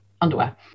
underwear